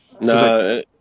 No